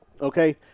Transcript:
okay